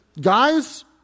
guys